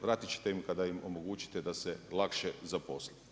Vratit ćete im kada im omogućite da se lakše zaposle.